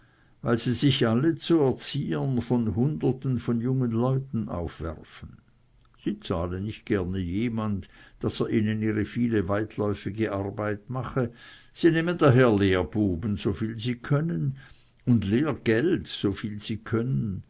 weil sie sich alle zu erziehern von hunderten von jungen leuten aufwerfen sie zahlen nicht gerne jemand daß er ihnen ihre viele weitläufige arbeit mache sie nehmen daher lehrbuben so viel sie können und lehrgeld so viel sie können